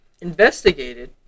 investigated